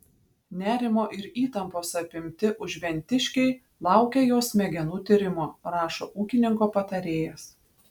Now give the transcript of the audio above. nerimo ir įtampos apimti užventiškiai laukia jos smegenų tyrimo rašo ūkininko patarėjas